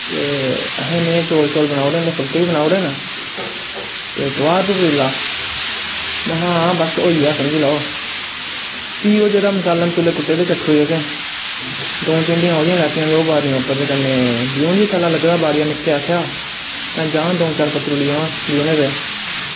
अहैं में चौल शौल बनाई ओड़े न ते फुल्के बी बनाई ओड़े न ते अहैं तोहार तूं पतीला महां हां होई गेआ फ्ही ओह् मसाले शसाले कुट्टे दे हे चट्ठू च जेह्ड़े दऊं चूंटियां ओह्दियां लैत्तियां ते ओह् बोहारियां उप्पर ते ब्यून बी सैल्ला लग्गे दा हा बाड़ियां निक्के गी आक्केआ महां जां दऊं चार पत्तरू लेई आवां ब्यूनें दे